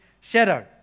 shadow